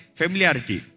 familiarity